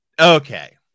Okay